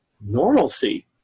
normalcy